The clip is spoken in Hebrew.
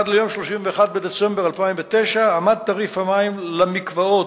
עד ליום 31 בדצמבר 2009 עמד תעריף המים למקוואות